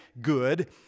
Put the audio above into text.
good